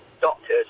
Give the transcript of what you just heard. doctors